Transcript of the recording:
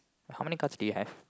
how many cards do you have